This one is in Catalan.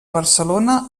barcelona